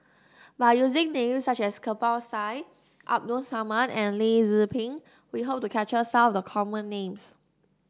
by using names such as Kirpal Singh Abdul Samad and Lim Tze Peng we hope to capture some of the common names